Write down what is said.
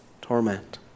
torment